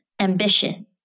ambition